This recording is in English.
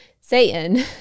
Satan